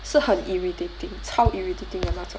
是很 irritating 超 irritating 的那种